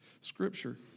Scripture